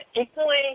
equally